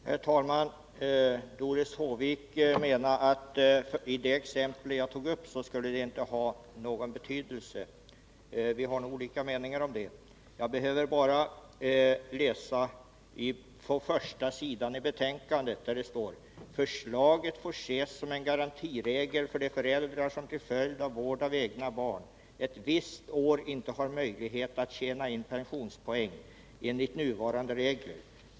Herr talman! Doris Håvik anser att förslaget inte skulle ha någon betydelse i det exempel som jag tog upp. Vi har nog olika meningar om det. Jag behöver bara läsa vad som står på första sidan i betänkandet: ”Förslaget får ses som en garantiregel för de föräldrar som till följd av vård av egna barn ett visst år inte har möjlighet att tjäna in pensionspoäng enligt nuvarande regler.